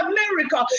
America